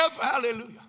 hallelujah